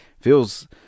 feels